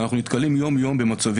ויום-יום אנחנו נתקלים במצבים